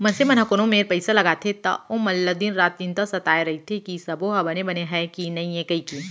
मनसे मन ह कोनो मेर पइसा ल लगाथे त ओमन ल दिन रात चिंता सताय रइथे कि सबो ह बने बने हय कि नइए कइके